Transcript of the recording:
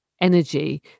energy